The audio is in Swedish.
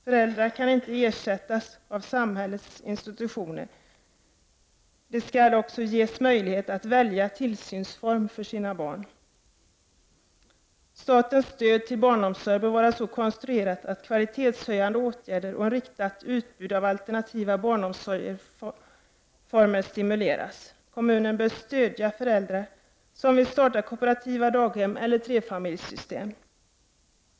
Föräldrar kan inte ersättas av samhällets institutioner. De skall också ges möjlighet att välja tillsynsform för sina barn. Statens stöd till barnomsorg bör vara så konstruerat att kvalitetshöjande åtgärder och ett riktat utbud av alternativa barnomsorgsformer stimuleras. Kommunen bör stödja föräldrar som vill starta kooperativa daghem eller trefamiljssystem.